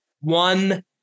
one